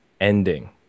ending